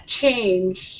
change